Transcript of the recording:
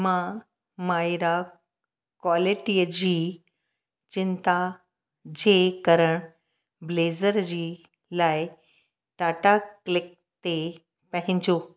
मां मइरा क्वालिटी जी चिंता जे कारण ब्लेज़र जी लाइ टाटा क्लिक ते पंहिंजो